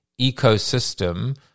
ecosystem